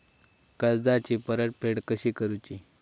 कर्जाची परतफेड कशी करूची?